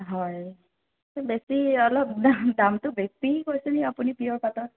হয় পিছে বেছি অলপ দাম দামটো বেছি কৈছে নেকি আপুনি পিয়ৰ পাটৰ